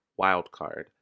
wildcard